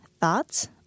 thoughts